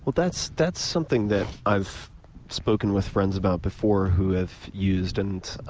well, that's that's something that i've spoken with friends about before who have used, and